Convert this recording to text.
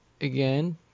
again